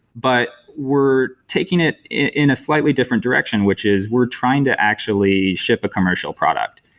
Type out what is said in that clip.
but we're taking it in a slightly different direction, which is we're trying to actually ship a commercial product.